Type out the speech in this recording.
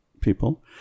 people